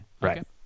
Right